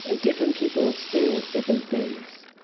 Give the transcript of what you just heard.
ah different people experienced different things.